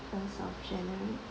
first of january